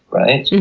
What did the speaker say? right?